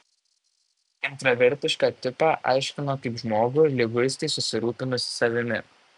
intravertišką tipą aiškino kaip žmogų liguistai susirūpinusį savimi